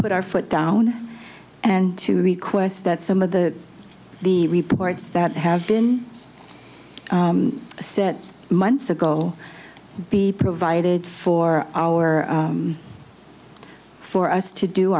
put our foot down and to request that some of the the reports that have been set months ago be provided for our for us to do